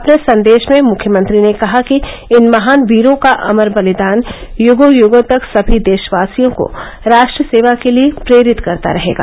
अपने संदेश में मुख्यमंत्री ने कहा कि इन महान वीरों का अमर बलिदान युगों युगों तक सभी देशवासियों को राष्ट्र सेवा के लिये प्रेरित करता रहेगा